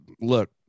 look